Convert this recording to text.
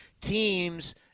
teams –